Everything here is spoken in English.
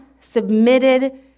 submitted